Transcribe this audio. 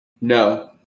No